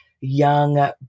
young